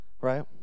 right